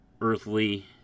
earthly